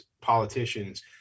politicians